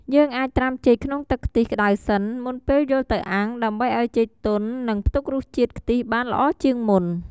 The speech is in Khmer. យើងអាចត្រាំចេកក្នុងទឹកខ្ទិះក្តៅសិន មុនពេលយកទៅអាំង ដើម្បីឱ្យចេកទន់ និងផ្ទុករសជាតិខ្ទិះបានល្អជាងមុន។